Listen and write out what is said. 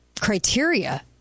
criteria